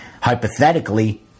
Hypothetically